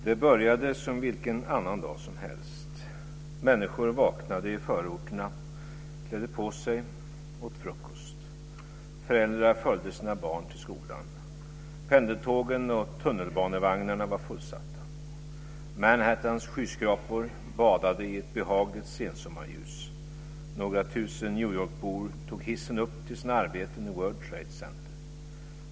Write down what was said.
Det började som vilken annan dag som helst. Människor vaknade i förorterna, klädde på sig och åt frukost. Föräldrar följde sina barn till skolan. Pendeltågen och tunnelbanevagnarna var fullsatta. Manhattans skyskrapor badade i ett behagligt sensommarljus. Några tusen New York-bor tog hissen upp till sina arbeten i World Trade Center.